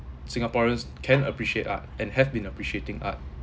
singaporeans can appreciate art and have been appreciating art